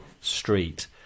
Street